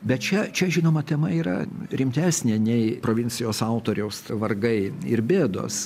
bet čia čia žinoma tema yra rimtesnė nei provincijos autoriaus vargai ir bėdos